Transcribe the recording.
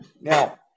Now